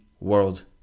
World